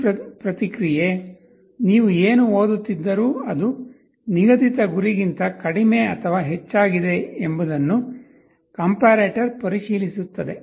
ಈ ಪ್ರತಿಕ್ರಿಯೆ ನೀವು ಏನು ಓದುತ್ತಿದ್ದರೂ ಅದು ನಿಗದಿತ ಗುರಿಗಿಂತ ಕಡಿಮೆ ಅಥವಾ ಹೆಚ್ಚಾಗಿದೆ ಎಂಬುದನ್ನು ಕಂಪಾರೇಟರ್ ಪರಿಶೀಲಿಸುತ್ತದೆ